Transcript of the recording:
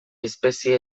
espezie